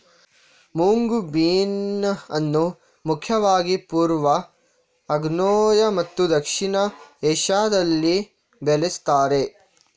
moong bean ಅನ್ನು ಮುಖ್ಯವಾಗಿ ಪೂರ್ವ, ಆಗ್ನೇಯ ಮತ್ತು ದಕ್ಷಿಣ ಏಷ್ಯಾದಲ್ಲಿ ಬೆಳೆಸ್ತಾರೆ